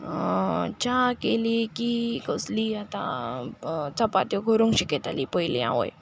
च्या केली की कसली आतां चपात्यो करूंक शिकयताली पयलीं आवय